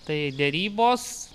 tai derybos